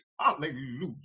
Hallelujah